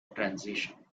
transition